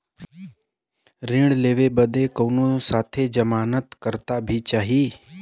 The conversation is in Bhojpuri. ऋण लेवे बदे कउनो साथे जमानत करता भी चहिए?